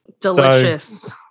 Delicious